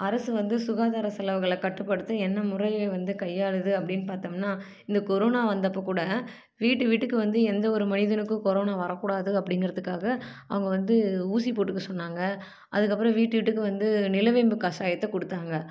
அரசு வந்து சுகாதார செலவுகள கட்டுப்படுத்த என்ன முறையை வந்து கையாளுது அப்படின் பார்த்தோம்ன்னா இந்த கொரோனா வந்தப்போ கூட வீட்டு வீட்டுக்கு வந்து எந்த ஒரு மனிதனுக்கும் கொரோனா வரக்கூடாது அப்படிங்குறத்துக்காக அவங்க வந்து ஊசி போட்டுக்க சொன்னாங்க அதுக்கப்புறம் வீட்டு வீட்டுக்கு வந்து நிலவேம்பு கஷாயத்த கொடுத்தாங்க